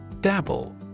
Dabble